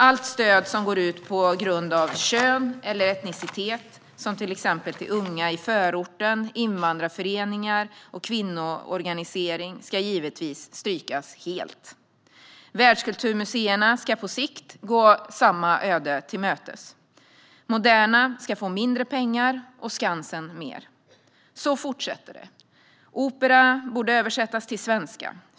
Allt stöd som delas ut med grund i kön eller etnicitet, till exempel till unga i förorten, invandrarföreningar och kvinnoorganisationer, ska givetvis strykas helt. Världskulturmuseerna ska på sikt gå samma öde till mötes. Moderna museet ska få mindre pengar och Skansen mer. Så fortsätter det. Opera borde översättas till svenska.